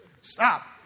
Stop